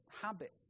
habit